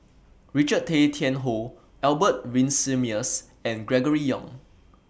Richard Tay Tian Hoe Albert Winsemius and Gregory Yong